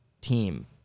team